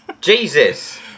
Jesus